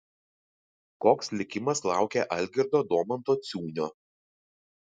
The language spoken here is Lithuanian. koks likimas laukia algirdo domanto ciūnio